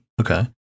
Okay